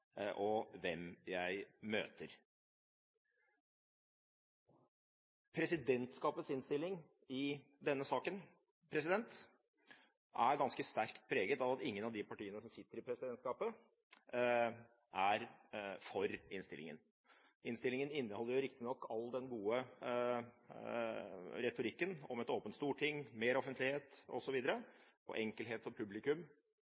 og hvem jeg møter. Presidentskapets innstilling i denne saken er ganske sterkt preget av at ingen av de partiene som sitter i presidentskapet, er for innstillingen. Innstillingen inneholder riktignok all den gode retorikken om et åpent storting, mer offentlighet og